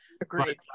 agreed